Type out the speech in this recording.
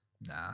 Nah